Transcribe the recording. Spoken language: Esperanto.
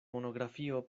monografio